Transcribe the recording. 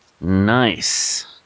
Nice